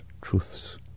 truths